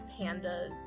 pandas